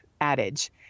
adage